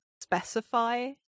specify